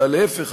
אלא להפך,